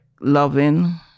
loving